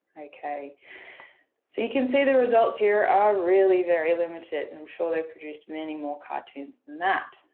okay so you can see the results here are really very limited and i'm sure they produced many more cartoons than that.